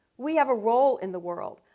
we have a role in the world.